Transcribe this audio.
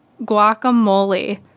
guacamole